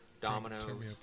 dominoes